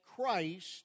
Christ